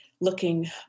looking